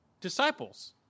disciples